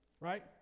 right